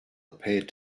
appeared